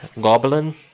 Goblin